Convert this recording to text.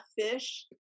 fish